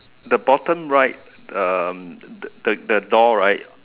the bottom right um the the the door right